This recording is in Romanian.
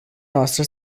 noastră